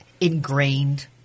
ingrained